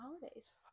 holidays